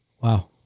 Wow